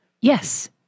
Yes